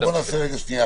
עכשיו בוא נעשה עצירה.